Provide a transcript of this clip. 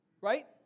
right